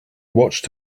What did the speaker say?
watched